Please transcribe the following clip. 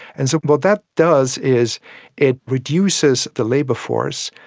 and so what that does is it reduces the labour force,